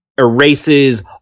erases